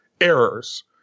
errors